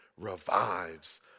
revives